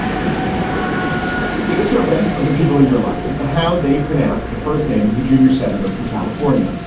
the malagasy take a survey of the people in your life as to how they pronounce the first name of the junior senator from california.